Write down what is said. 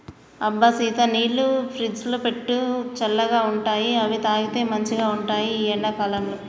అబ్బ సీత నీళ్లను ఫ్రిజ్లో పెట్టు చల్లగా ఉంటాయిఅవి తాగితే మంచిగ ఉంటాయి ఈ ఎండా కాలంలో